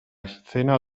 escena